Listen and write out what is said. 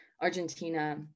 Argentina